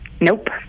Nope